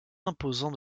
imposant